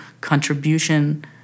contribution